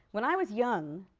when i was young,